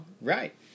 Right